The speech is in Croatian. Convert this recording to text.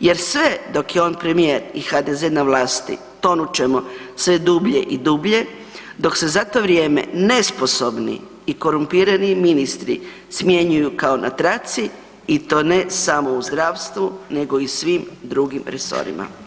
jer sve dok je on premijer i HDZ na vlasti tonut ćemo sve dublje i dublje dok se za to vrijeme nesposobni i korumpirani ministri smjenjuju kao na traci i to ne samo u zdravstvu nego i svim drugim resorima.